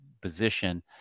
position